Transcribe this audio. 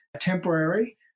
temporary